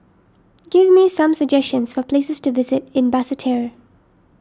give me some suggestions for places to visit in Basseterre